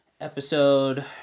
episode